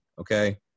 okay